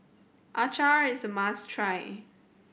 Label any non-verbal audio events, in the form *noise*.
*unintelligible* is a must try